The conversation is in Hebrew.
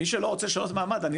מי שלא רוצה לשנות מעמד,